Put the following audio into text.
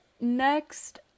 Next